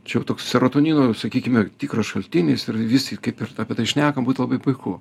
čia jau toks serotonino sakykime tikras šaltinis ir visi kaip ir apie tai šnekam būtų labai puiku